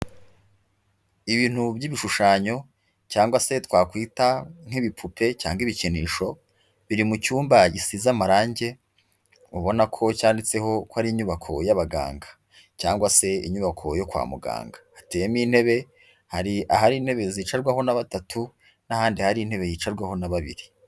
Ibintu by'ibishushanyo, cyangwa se twakwita nk'ibipupe cyangwa ibikinisho, biri mu cyumba gisize amarange, ubona ko cyanditseho ko ari inyubako y'abaganga. Cyangwa se inyubako yo kwa muganga. Hateyemo intebe, hari ahari intebe zicarwaho na batatu, n'ahandi hari intebe yicarwaho na babiri.